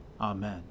Amen